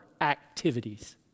activities